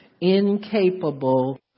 incapable